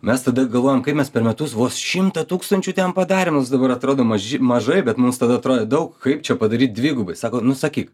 mes tada galvojom kad mes per metus vos šimtą tūkstančių ten padarėm nors dabar atrodo maži mažai bet mums tada atrodė daug kaip čia padaryt dvigubai sako nu sakyk